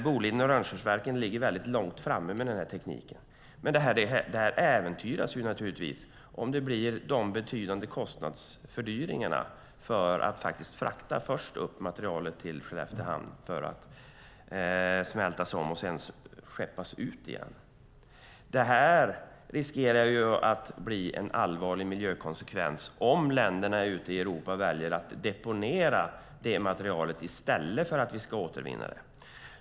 Boliden och Rönnskärsverken ligger väldigt långt framme med denna teknik, men detta äventyras naturligtvis om det blir betydande fördyringar för att först frakta upp materialet till Skelleftehamn för omsmältning och sedan skeppa ut det igen. Detta riskerar att ge en allvarlig miljökonsekvens om länderna i Europa väljer att deponera materialet i stället för att återvinna det.